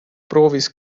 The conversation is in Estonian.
proovis